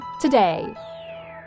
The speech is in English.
today